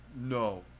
No